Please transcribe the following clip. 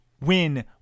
win